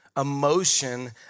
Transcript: emotion